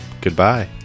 Goodbye